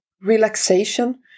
relaxation